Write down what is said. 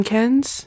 Kens